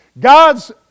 God's